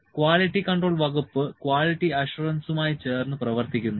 quality control വകുപ്പ് quality അഷ്വറൻസുമായി ചേർന്ന് പ്രവർത്തിക്കുന്നു